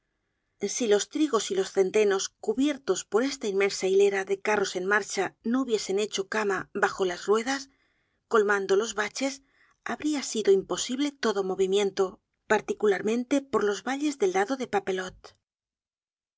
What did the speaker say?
si los trigos y los centenos cubiertos por esta inmensa hilera de carros en marcha no hubiesen hecho cama bajo las ruedas colmando los baches habría sido imposible todo movimiento particularmente por los valles del lado de papelotte